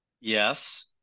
Yes